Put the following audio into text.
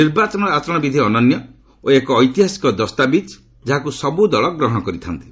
ନିର୍ବାଚନ ଆଚରଣବିଧି ଅନନ୍ୟ ଓ ଏକ ଐତିହାସିକ ଦସ୍ତାବିଜ୍ ଯାହାକୁ ସବ୍ର ଦଳ ଗ୍ରହଣ କରିଥାନ୍ତି